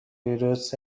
ویروس